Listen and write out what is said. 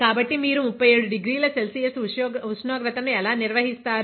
కాబట్టి మీరు 37 డిగ్రీల సెల్సియస్ ఉష్ణోగ్రత ను ఎలా నిర్వహిస్తారు